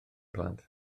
plant